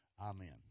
Amen